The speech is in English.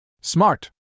Smart